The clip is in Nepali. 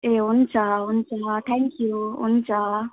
ए हुन्छ हुन्छ थ्याङ्क यू हुन्छ